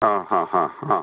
ആ ആ ആ ആ